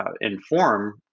inform